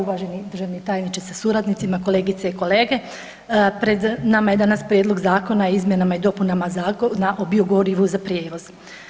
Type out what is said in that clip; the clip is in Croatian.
Uvaženi državni tajniče sa suradnicima, kolegice i kolege, pred nama je danas Prijedlog Zakona o izmjenama i dopunama Zakona o biogorivima za prijevoz.